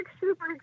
super